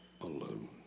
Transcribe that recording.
alone